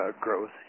growth